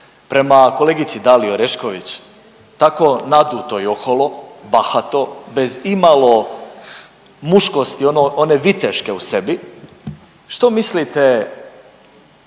prema kolegici Daliji Orešković, tako naduto i oholo, bahato bez imalo muškosti ono, one viteške u sebi. Što mislite